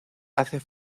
hace